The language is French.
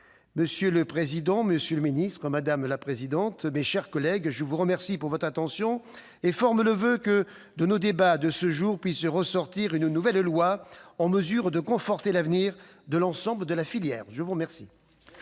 Monsieur le président, monsieur le ministre, mes chers collègues, je vous remercie de votre attention, et forme le voeu que, de nos débats de ce jour, puisse sortir une nouvelle loi en mesure de conforter l'avenir de l'ensemble de la filière. La parole